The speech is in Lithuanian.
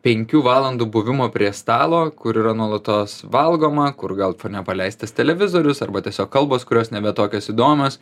penkių valandų buvimo prie stalo kur yra nuolatos valgoma kur gal fone paleistas televizorius arba tiesiog kalbos kurios nebe tokios įdomios